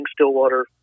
Stillwater